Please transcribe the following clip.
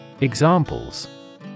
Examples